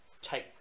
take